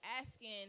asking